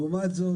לעומת זאת,